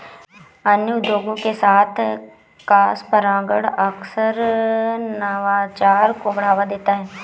अन्य उद्योगों के साथ क्रॉसपरागण अक्सर नवाचार को बढ़ावा देता है